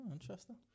interesting